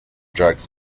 drugs